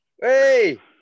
hey